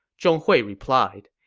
zhong hui replied,